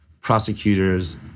prosecutors